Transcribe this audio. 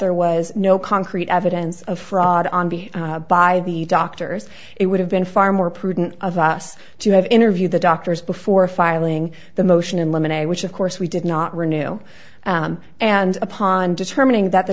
there was no concrete evidence of fraud on the by the doctors it would have been far more prudent of us to have interviewed the doctors before filing the motion in limine a which of course we did not renew and upon determining that the